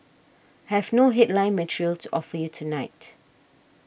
have no headline material to offer you tonight